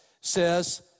says